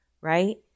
right